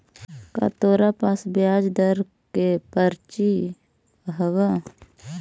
का तोरा पास ब्याज दर के पर्ची हवअ